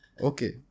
Okay